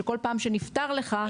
שכל פעם שנפטר לך,